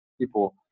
people